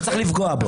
לא צריך לפגוע בו.